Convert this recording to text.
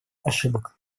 ошибок